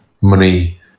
money